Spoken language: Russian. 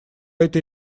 этой